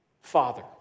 Father